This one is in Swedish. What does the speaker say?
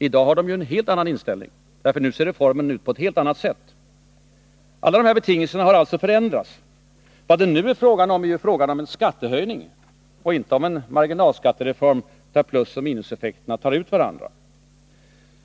I dag har de ju en helt annan inställning, eftersom reformen nu ser ut på ett helt annat sätt. Alla dessa betingelser har alltså förändrats. Nu är det ju fråga om en skattehöjning och inte om en marginalskattereform där plusoch minuseffekterna tar ut varandra.